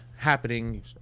happening